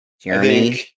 Jeremy